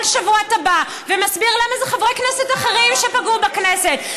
כל שבוע אתה בא ומסביר למה אלה חברי כנסת אחרים שפגעו בכנסת,